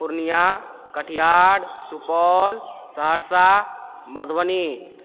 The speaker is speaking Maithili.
पूर्णियाँ कटिहार सुपौल सहरसा मधुबनी